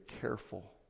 careful